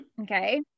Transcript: Okay